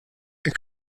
and